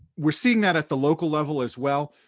we're seeing that at the local level as well.